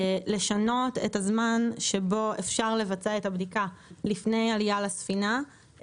לשנות את הזמן שבו אפשר לבצע את הבדיקה לפני העלייה לספינה,